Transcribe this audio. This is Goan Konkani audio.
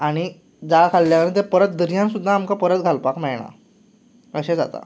आनी जाळ खाल्ल्यान ती परत दर्यांत सुद्दां आमकां घालपाक मेळना अशें जाता